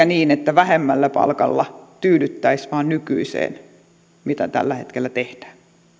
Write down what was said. niin että vähemmällä palkalla tyydyttäisiin vain nykyiseen mitä tällä hetkellä tehdään